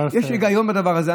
יש היגיון בדבר הזה?